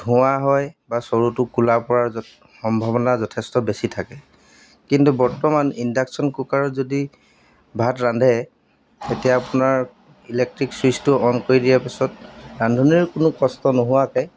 ধোঁৱা হয় বা চৰুটো ক'লা পৰাৰ সম্ভাৱনা যথেষ্ট বেছি থাকে কিন্তু বৰ্তমান ইণ্ডাকশ্যন কুকাৰত যদি ভাত ৰান্ধে তেতিয়া আপোনাৰ ইলেক্ট্ৰিক ছুইচটো অ'ন কৰি দিয়াৰ পিছত ৰান্ধনীৰ কোনো কষ্ট নোহোৱাকৈ